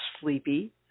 sleepy